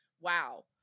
wow